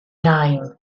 nain